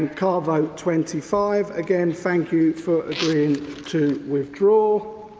and card vote twenty five, again, thank you for agreeing to withdraw.